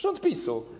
Rząd PiS-u.